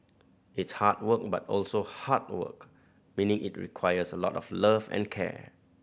it's hard work but also heart work meaning it requires a lot of love and care